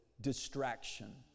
distraction